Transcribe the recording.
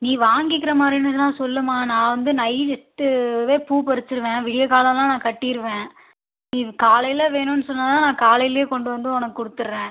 நீ வாங்கிக்கிற மாதிரினுனா சொல்லும்மா நான் வந்து நைட்டுவே பூ பறிச்சுடுவேன் விடியகாலைலாம் நான் கட்டிடுவேன் நீ காலையில் வேணும்னு சொன்னால் தான் நான் காலையிலே கொண்டு வந்து உனக்கு கொடுத்துடுறேன்